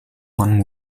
one